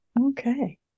Okay